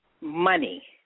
money